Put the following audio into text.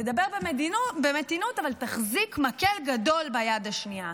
תדבר במתינות, אבל תחזיק מקל גדול ביד השנייה.